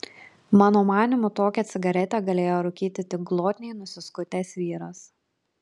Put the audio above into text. mano manymu tokią cigaretę galėjo rūkyti tik glotniai nusiskutęs vyras